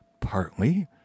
partly